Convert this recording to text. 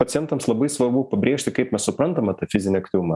pacientams labai svarbu pabrėžti kaip mes suprantame tą fizinį aktyvumą